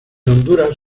honduras